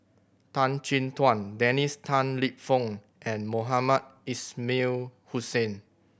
Tan Chin Tuan Dennis Tan Lip Fong and Mohamed Ismail Hussain